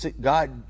God